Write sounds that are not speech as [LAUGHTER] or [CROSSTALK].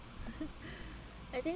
[LAUGHS] I think